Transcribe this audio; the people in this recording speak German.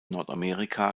nordamerika